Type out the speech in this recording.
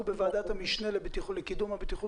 אנחנו בוועדת המשנה לקידום הבטיחות